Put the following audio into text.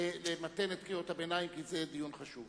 למתן את קריאות הביניים, כי זה דיון חשוב.